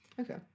Okay